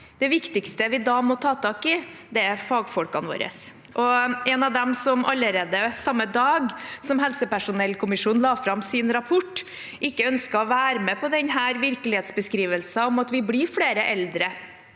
Det viktigste vi da må ta tak i, er fagfolkene våre. Og en av dem som allerede samme dag som helsepersonellkommisjonen la fram sin rapport, ikke ønsket å være med på denne virkelighetsbeskrivelsen om at vi blir flere eldre,